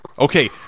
Okay